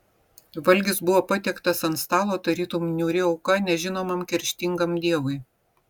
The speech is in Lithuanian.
valgis buvo patiektas ant stalo tarytum niūri auka nežinomam kerštingam dievui